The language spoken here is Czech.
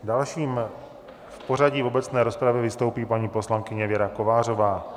Další v pořadí obecné rozpravy vystoupí paní poslankyně Věra Kovářová.